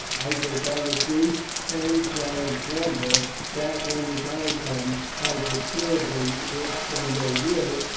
i shall tell the truth, and shall inform her that when the time comes, as assuredly it some day will,